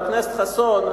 חבר הכנסת חסון,